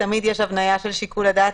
תמיד יש הבניה של שיקול הדעת,